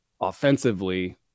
offensively